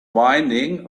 whinnying